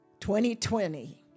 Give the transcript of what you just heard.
2020